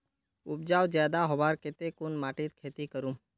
उपजाऊ ज्यादा होबार केते कुन माटित खेती करूम?